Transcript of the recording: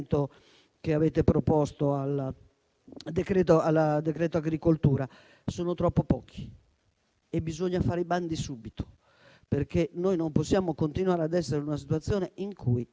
che avete proposto al decreto agricoltura, ma i controlli sono troppo pochi e bisogna fare i bandi subito. Non possiamo continuare a essere in una situazione in cui